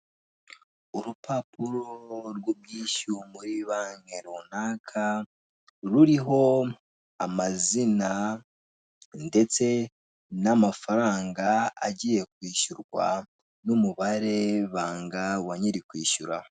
Urupapuro rw'ubwishyu muri banki runaka ruriho amazina ndetse n'ifaranga agiye kwishyurwa n umubare wbangaga wa nyiri kwishyura.